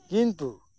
ᱠᱤᱱᱛᱩ